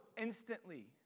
instantly